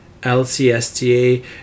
LCSTA